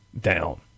down